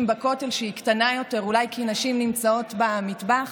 בכותל שהיא קטנה יותר כי אולי נשים נמצאות במטבח.